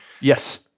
Yes